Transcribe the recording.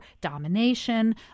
domination